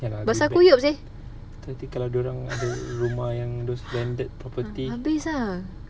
ya lah tu nanti kalau dia orang ada rumah yang those landed property